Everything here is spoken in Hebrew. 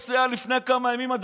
לפני כמה ימים אני נוסע,